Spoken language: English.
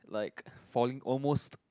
like falling almost